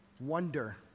wonder